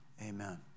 Amen